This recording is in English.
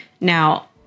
Now